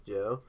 Joe